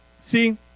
See